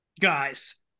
guys